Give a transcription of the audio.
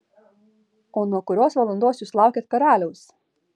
o nuo kurios valandos jūs laukėt karaliaus